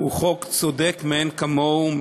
הוא חוק צודק מאין כמוהו.